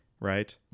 Right